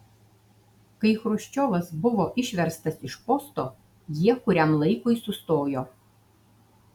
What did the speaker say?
kai chruščiovas buvo išverstas iš posto jie kuriam laikui sustojo